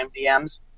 DMs